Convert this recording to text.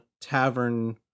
tavern